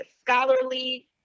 scholarly